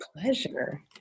pleasure